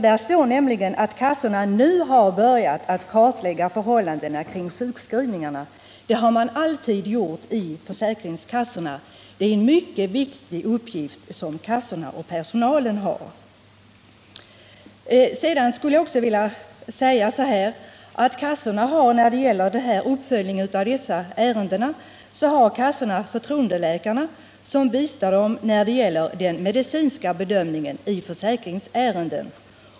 Där står nämligen att kassorna nu ”har börjat att kartlägga förhållandena kring sjukskrivningar”. Det har man alltid gjort i försäkringskassorna. Det är en mycket viktig uppgift som kassorna och personalen har. När det gäller uppföljningen av dessa ärenden har kassorna förtroendeläkare som bistår dem med den medicinska bedömningen i försäkringsärendena.